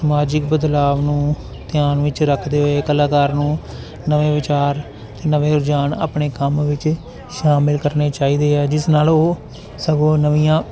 ਸਮਾਜਿਕ ਬਦਲਾਵ ਨੂੰ ਧਿਆਨ ਵਿੱਚ ਰੱਖਦੇ ਹੋਏ ਕਲਾਕਾਰ ਨੂੰ ਨਵੇਂ ਵਿਚਾਰ ਨਵੇਂ ਰੁਝਾਨ ਆਪਣੇ ਕੰਮ ਵਿਚ ਸ਼ਾਮਿਲ ਕਰਨੇ ਚਾਹੀਦੇ ਆ ਜਿਸ ਨਾਲ ਉਹ ਸਗੋਂ ਨਵੀਆਂ